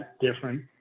different